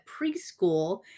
preschool